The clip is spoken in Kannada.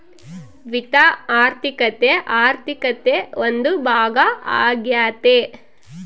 ವಿತ್ತ ಆರ್ಥಿಕತೆ ಆರ್ಥಿಕತೆ ಒಂದು ಭಾಗ ಆಗ್ಯತೆ